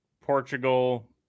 Portugal